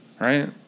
Right